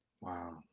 Wow